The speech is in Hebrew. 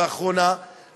ואחרונה,